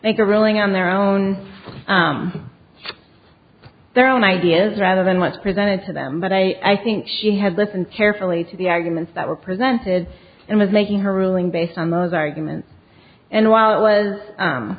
make a ruling on their own their own ideas rather than what's presented to them but i think she had listened carefully to the arguments that were presented and was making her ruling based on those arguments and while it was